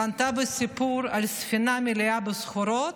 וענתה בסיפור על ספינה מלאה בסחורות,